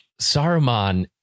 Saruman